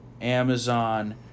Amazon